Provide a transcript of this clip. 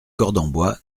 cordenbois